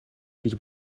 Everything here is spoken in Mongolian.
гэж